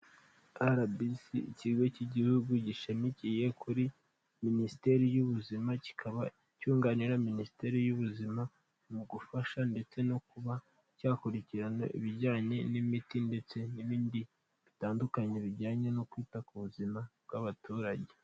RBC ikigo cy'igihugu gishamikiye kuri Minisiteri y'ubuzima, kikaba cyunganira Minisiteri y'ubuzima mu gufasha ndetse no kuba cyakurikirana ibijyanye n'imiti ndetse n'ibindi bitandukanye bijyanye no kwita ku buzima bw'abaturage.